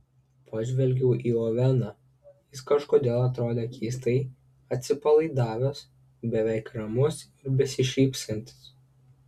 pažvelgiau į oveną jis kažkodėl atrodė keistai atsipalaidavęs beveik ramus ir besišypsantis